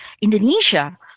Indonesia